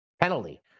Penalty